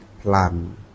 plan